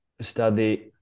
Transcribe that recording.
study